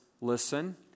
listen